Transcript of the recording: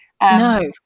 No